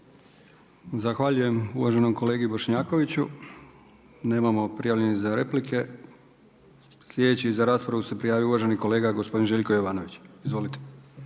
Zahvaljujem uvaženom kolegi Bošnjakoviću. Nemamo prijavljenih za replike. Sljedeći za raspravu se prijavio uvaženi kolega gospodin Željko Jovanović. Izvolite.